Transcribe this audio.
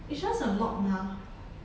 it's just a lock mah